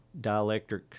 dielectric